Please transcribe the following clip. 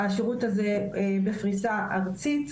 השירות הזה בפריסה ארצית,